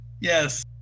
Yes